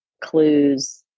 clues